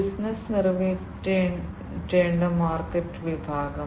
business നിറവേറ്റേണ്ട market വിഭാഗം